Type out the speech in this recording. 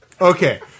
Okay